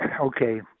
okay